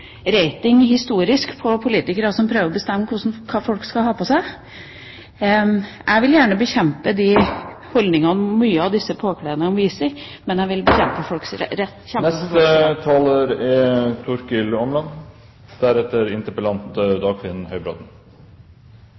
politikere som prøver å bestemme hva folk skal ha på seg. Jeg vil gjerne bekjempe de holdningene som mange av disse påkledningene viser, men jeg vil kjempe for folks rett